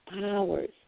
powers